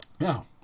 Now